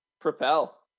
Propel